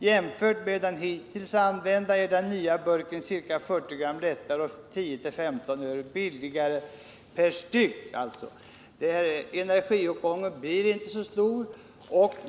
Jämfört med den hittills använda är den nya burken ca 40 gram lättare och 10-15 öre billigare per styck.” Energiåtgången blir inte så stor.